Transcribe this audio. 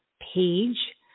page